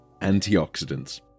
antioxidants